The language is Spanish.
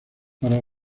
para